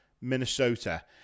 Minnesota